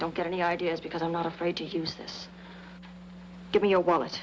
don't get any ideas because i'm not afraid to use this give me a wallet